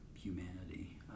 humanity